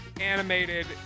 animated